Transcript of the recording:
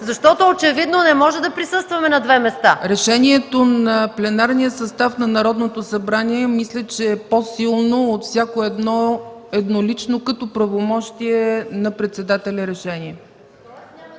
Очевидно не може да присъстваме на две места. ПРЕДСЕДАТЕЛ ЦЕЦКА ЦАЧЕВА: Решението на пленарния състав на Народното събрание мисля, че е по-силно от всяко едно еднолично като правомощие на председателя решение.